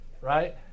right